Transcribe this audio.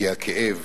כי הכאב